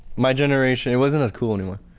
my generation it wasn't as cool anymore.